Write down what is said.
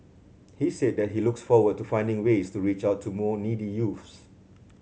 he said that he looks forward to finding ways to reach out to more needy youths